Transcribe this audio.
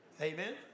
Amen